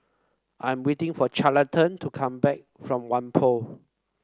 I am waiting for Carleton to come back from Whampoa